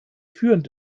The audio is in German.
führend